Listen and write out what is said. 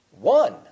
one